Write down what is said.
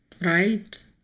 right